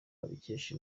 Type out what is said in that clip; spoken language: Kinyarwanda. abikesha